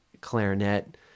clarinet